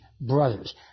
brothers